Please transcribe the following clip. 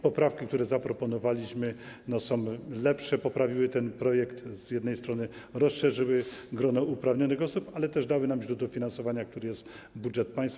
Poprawki, które zaproponowaliśmy, są zmianami na lepsze, poprawiły ten projekt: z jednej strony rozszerzyły grono uprawnionych osób, ale też dały nam źródło finansowania, którym jest budżet państwa.